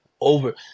over